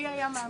מי היה מאמין.